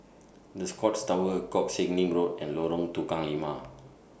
The Scotts Tower Koh Sek Lim Road and Lorong Tukang Lima